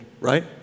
right